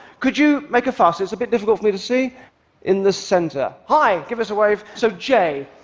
could you make a fuss? it's a bit difficult for me to see in the center. hi, give us a wave. so j.